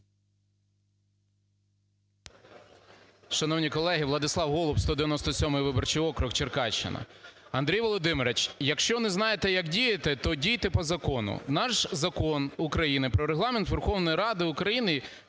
Шановні колеги! Владислав Голуб, 197-й виборчий округ, Черкащина. Андрій Володимирович, якщо не знаєте, як діяти, то дійте по закону. Наш Закон України "Про Регламент Верховної Ради України"